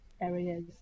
areas